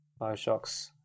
Bioshocks